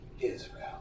Israel